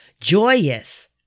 joyous